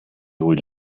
will